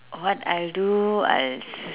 what I'll do I'll